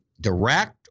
direct